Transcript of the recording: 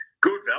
Good